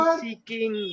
seeking